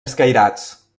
escairats